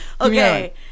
Okay